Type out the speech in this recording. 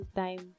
time